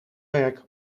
werk